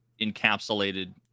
encapsulated